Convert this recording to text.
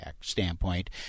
standpoint